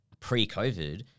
Pre-COVID